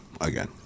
again